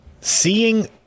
seeing